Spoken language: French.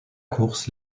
course